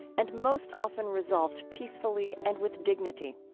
and most often resolved peacefully and with dignity.